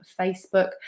Facebook